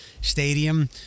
stadium